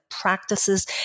practices